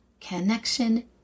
connection